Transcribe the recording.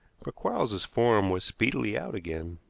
for quarles's form was speedily out again.